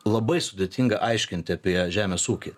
labai sudėtinga aiškinti apie žemės ūkį